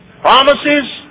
promises